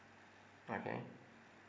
okay